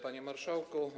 Panie Marszałku!